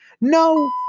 No